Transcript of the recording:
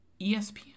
ESPN